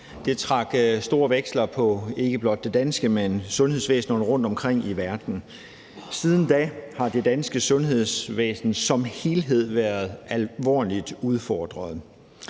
det danske sundhedsvæsen, men sundhedsvæsenerne rundtomkring i verden. Siden da har det danske sundhedsvæsen som helhed været alvorligt udfordret.